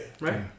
Right